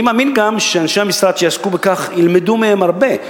אני מאמין גם שאנשי המשרד שיעסקו בכך ילמדו מהם הרבה,